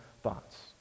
thoughts